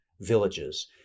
villages